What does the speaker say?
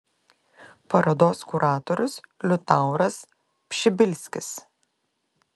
parodos kuratorius liutauras pšibilskis